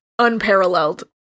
unparalleled